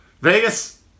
Vegas